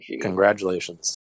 Congratulations